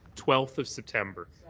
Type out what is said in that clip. twelfth of september.